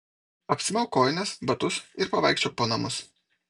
apsimauk kojines batus ir pavaikščiok po namus